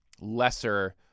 lesser